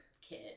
kid